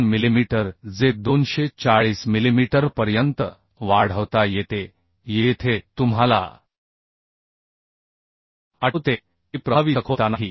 2 millimetre जे 240 मिलिमीटरपर्यंत वाढवता येते येथे तुम्हाला आठवते की प्रभावी सखोलता नाही